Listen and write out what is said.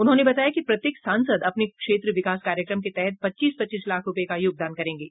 उन्होंने बताया कि प्रत्येक सांसद स्थानीय क्षेत्र विकास कार्यक्रम के तहत पच्चीस पच्चीस लाख रुपये का योगदान करेंगे